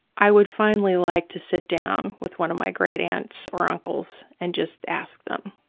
i would finally like to sit down with one of my great-aunts or uncles and just ask them,